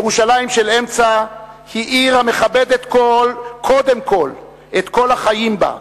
ירושלים של אמצע היא עיר המכבדת קודם כול את כל החיים בה,